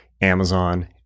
Amazon